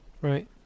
Right